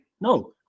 no